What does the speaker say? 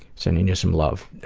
sending you some love.